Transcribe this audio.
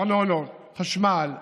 ארנונות, חשמל,